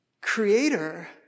creator